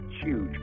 huge